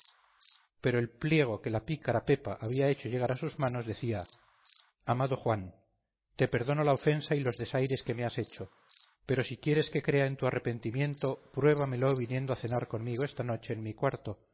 pero el pliego que la pícara pepa había hecho llegar a sus manos decía amado juan te perdono la ofensa y los desaires que me has hecho pero si quieres que crea en tu arrepentimiento pruébamelo viniendo a cenar conmigo esta noche en mi cuarto